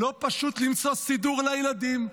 לא פשוט למצוא סידור לילדים.